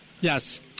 Yes